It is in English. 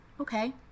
okay